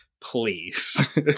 please